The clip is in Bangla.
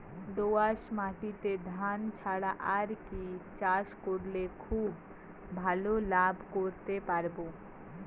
দোয়াস মাটিতে ধান ছাড়া আর কি চাষ করলে খুব ভাল লাভ করতে পারব?